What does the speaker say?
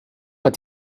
but